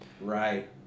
Right